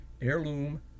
heirloom